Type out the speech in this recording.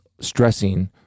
stressing